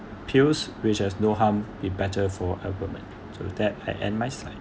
pills which has no harm be better for abdomen so that I end my side